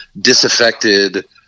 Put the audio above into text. disaffected